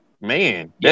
Man